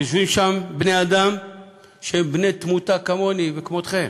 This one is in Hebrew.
יושבים שם בני-אדם שהם בני-תמותה כמוני וכמותכם.